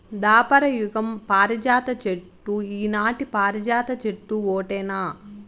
దాపర యుగం పారిజాత చెట్టు ఈనాటి పారిజాత చెట్టు ఓటేనా